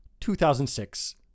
2006